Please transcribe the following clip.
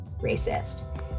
racist